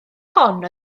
hon